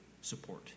support